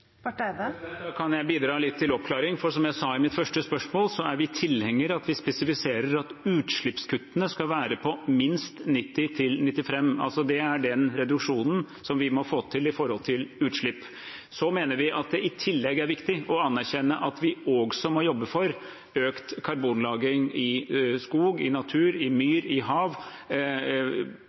Da kan jeg bidra litt til oppklaring, for som jeg sa i mitt første spørsmål, er vi tilhengere av at vi spesifiserer at utslippskuttene skal være på minst 90–95 pst. Det er den reduksjonen vi må få til når det gjelder utslipp. Så mener vi at det i tillegg er viktig å anerkjenne at vi også må jobbe for økt karbonlagring i skog, i natur, i myr, i hav,